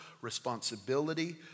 responsibility